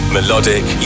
Melodic